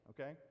okay